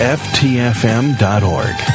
ftfm.org